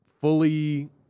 fully